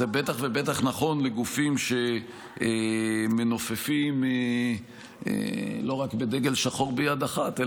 זה בטח ובטח נכון לגופים שמנופפים לא רק בדגל שחור ביד אחת,